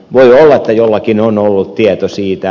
voi olla että jollakin on ollut tieto siitä